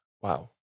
Wow